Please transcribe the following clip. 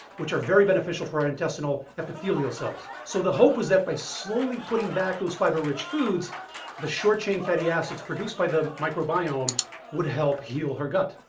which are very beneficial for our intestinal epithelial cells. so the hope was that by slowly putting back those fiber rich foods the short chain fatty acids produced by the microbiome would help heal her gut.